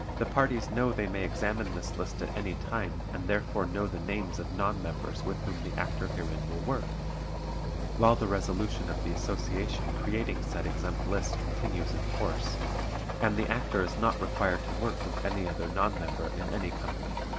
the parties know they may examine this list at any time and therefore know the names of non-members with whom the actor herein will work while the resolution of the association creating said exempt list continues in force and the actor is not required to work with any other non-member in any company.